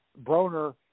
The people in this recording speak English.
Broner